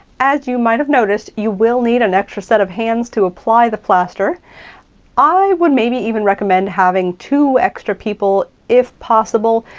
as you might've noticed, you will need an extra set of hands to apply the plaster i would maybe even recommend having two extra people if possible.